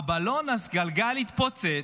הבלון הסגלגל התפוצץ,